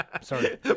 sorry